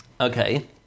okay